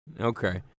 Okay